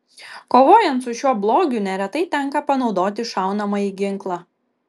kovojant su šiuo blogiu neretai tenka panaudoti šaunamąjį ginklą